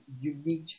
unique